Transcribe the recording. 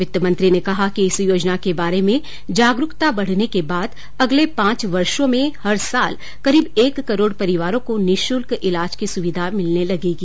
वित्त मंत्री ने कहा कि इस योजना के बारे में जागरूकता बढ़ने के बाद अगले पांच वर्षो में हर साल करीब एक करोड़ परिवारों को निःशुल्क इलाज की सुविधा मिलने लगेगी